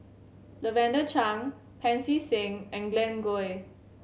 Lavender Chang Pancy Seng and Glen Goei